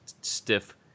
stiff